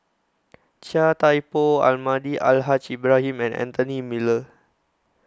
Chia Thye Poh Almahdi Al Haj Ibrahim and Anthony Miller